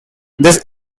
this